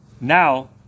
now